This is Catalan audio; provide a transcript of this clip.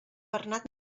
bernat